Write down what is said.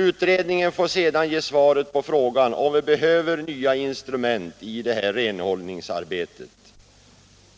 Utredningen får sedan ge svaret på frågan om vi behöver nya instrument i det här renhållningsarbetet.